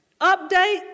Update